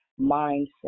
mindset